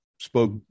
spoke